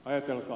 ajatelkaa